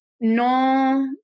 no